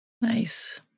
Nice